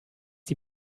die